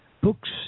Books